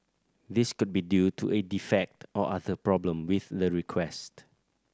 this could be due to a defect or other problem with the request